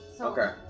Okay